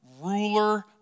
ruler